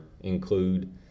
include